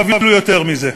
ואפילו יותר מזה,